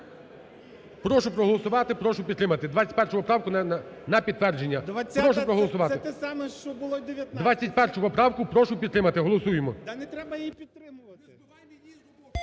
Прошу проголосувати. Прошу підтримати 21 поправку на підтвердження. Прошу проголосувати. (Шум у залі) 21 поправку прошу підтримати. Голосуємо.